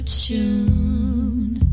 tune